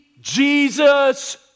Jesus